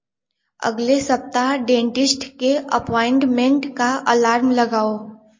अगले सप्ताह डेंटिस्ट के अपॉइंटमेंट का अलार्म लगाओ